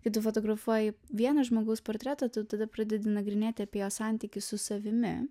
kai du fotografuoji vieno žmogaus portretą tu tada pradedi nagrinėti apie jo santykį su savimi